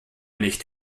nicht